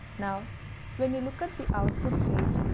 now when you look at the output page,